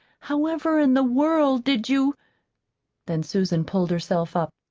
however in the world did you then susan pulled herself up.